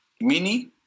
Mini